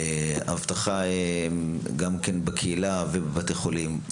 אבטחה גם בקהילה ובבתי חולים.